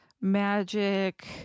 magic